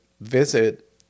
visit